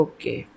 Okay